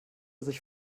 sich